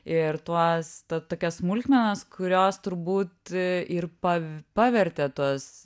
ir tuos ta tokias smulkmenas kurios turbūt ir pa pavertė tuos